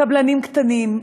קבלנים קטנים,